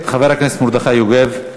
חבר הכנסת מרדכי יוגב.